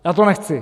Já to nechci!